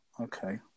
okay